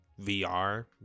VR